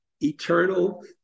eternal